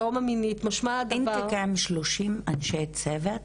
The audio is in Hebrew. אינטייק היה עם 30 אנשי צוות?